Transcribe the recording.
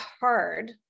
hard